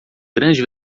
grande